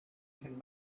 can